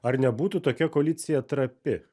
ar nebūtų tokia koalicija trapi